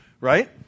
right